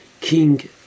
King